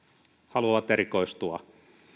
haluavat erikoistua